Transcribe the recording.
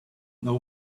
know